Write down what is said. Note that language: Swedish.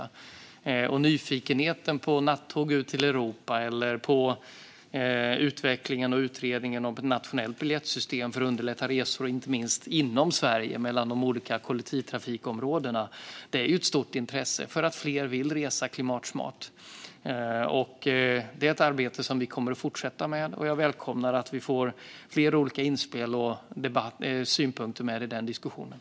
Det finns en nyfikenhet på nattåg ut till Europa och på utvecklingen och utredningen av ett nationellt biljettsystem för att underlätta resor inom Sverige mellan de olika kollektivtrafikområdena. Det finns ett stort intresse eftersom fler vill resa klimatsmart. Det här är ett arbete som vi kommer att fortsätta med, och jag välkomnar att vi får med fler olika inspel och synpunkter i den diskussionen.